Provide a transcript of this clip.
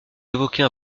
évoquez